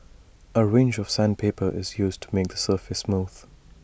A range of sandpaper is used to make the surface smooth